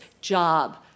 job